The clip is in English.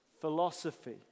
philosophy